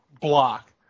block